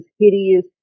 hideous